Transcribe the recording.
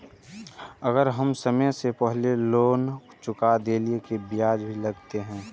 अगर हम समय से पहले लोन चुका देलीय ते ब्याज भी लगते?